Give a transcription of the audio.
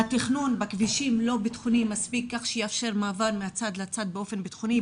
התכנון בכבישים לא בטיחותי מספיק כך שיאפשר מעבר מצד לצד באופן בטיחותי,